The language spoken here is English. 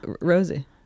Rosie